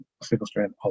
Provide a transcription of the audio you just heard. single-strand